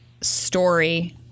story